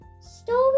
Story